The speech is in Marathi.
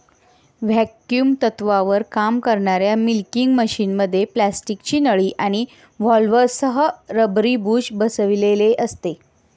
व्हॅक्युम तत्त्वावर काम करणाऱ्या मिल्किंग मशिनमध्ये प्लास्टिकची नळी आणि व्हॉल्व्हसह रबरी बुश बसविलेले असते